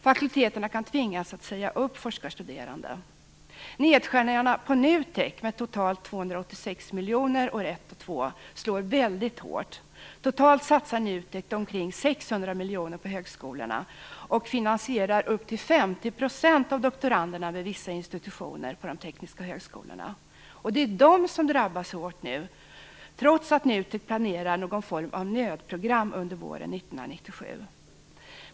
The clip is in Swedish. Fakulteterna kan tvingas att säga upp forskarstuderande. Nedskärningarna på NUTEK om totalt 286 miljoner åren 1 och 2 slår väldigt hårt. Totalt satsar NUTEK omkring 600 miljoner på högskolorna och finansierar upp till 50 % av doktoranderna vid vissa institutioner på de tekniska högskolorna, och det är de som nu drabbas hårt, trots att NUTEK planerar någon form av nödprogram under våren 1997.